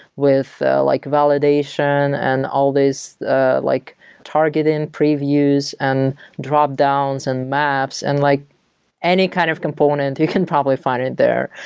with ah like validation and all these ah like targeting previews and dropdowns and maps. and like any kind of component, you can probably find it there.